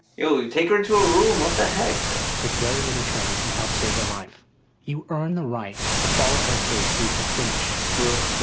take her to a room what the heck with very little training you helped save her life you earned the right to follow her case through to the finish drew, you